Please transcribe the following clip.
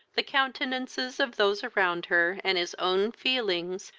the countenances of those around her, and his own feelings,